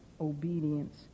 obedience